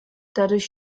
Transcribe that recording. dadurch